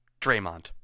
Draymond